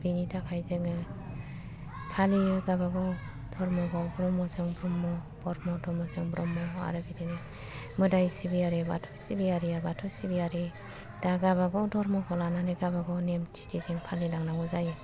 बेनि थाखाय जोङो फालियो गावबागाव धर्मबाव ब्रह्मजों ब्रह्म ब्रह्म धर्मजों ब्रह्म आरो बिदिनो मोदाइ सिबियारि बाथौ सिबियारिआ बाथौ सिबियारि दा गावबा गाव धर्मखौ लानानै गावबा गाव नेम थि थिजों फालिलांनांगौ जायो